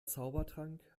zaubertrank